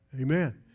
Amen